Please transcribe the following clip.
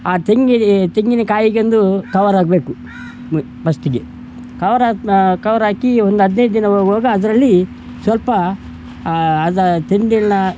ಆ ತೆಂಗಲ್ಲಿ ತೆಂಗಿನ ಕಾಯಿಗೊಂದು ಕವರಾಕಬೇಕು ಪಸ್ಟಿಗೆ ಕವ್ರಾಕಿ ಕವ್ರಾಕಿ ಒಂದು ಹದಿನೈದು ದಿನ ಹೋಗ್ವಾಗ ಅದರಲ್ಲಿ ಸ್ವಲ್ಪ ಅದು ತೆಂಡೆಲ್ಲ